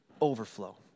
Overflow